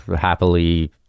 happily